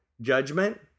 judgment